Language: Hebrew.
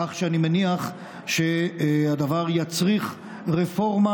כך שאני מניח שהדבר יצריך רפורמה